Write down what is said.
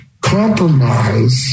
compromise